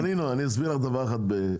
אני אסביר לכם דבר אחד,